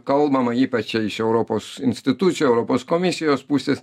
kalbama ypač iš europos institucijų europos komisijos pusės